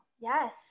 Yes